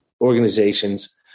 organizations